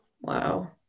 Wow